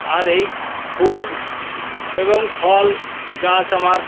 আর এই ফুল এবং ফল গাছ আমার